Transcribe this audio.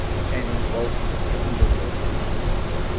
containing both mr. underwood and his sister.